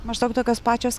maždaug tokios pačios